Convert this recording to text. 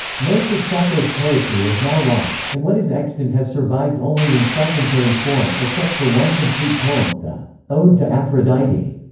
most of sappho's poetry is now lost, and what is extant has survived only in fragmentary form, except for one complete poem the ode to aphrodite.